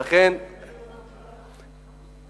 אתה הולך נגד הממשלה?